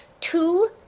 two